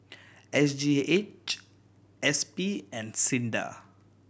S G H S P and SINDA